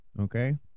Okay